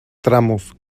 tramos